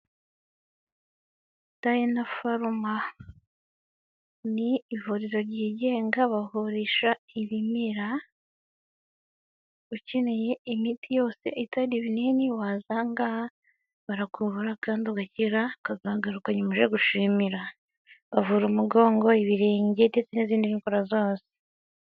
dayina foruma ni ivuriro ryigenga bavurisha ibimera ukeneye imiti yose itari ibinini waza ahangaha barakuvura kandi ugakira ukazagaruka nyuma uje gushimira. Bavura umugongo, ibirenge, ndetse n'izindi ndwara zazo.